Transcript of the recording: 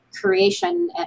creation